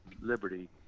liberty